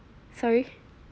sorry